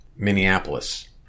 Minneapolis